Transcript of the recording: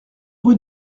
rue